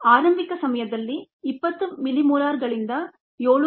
ಆರಂಭಿಕ ಸಮಯದಲ್ಲಿ 20 ಮಿಲಿಮೋಲರ್ಗಳಿಂದ 7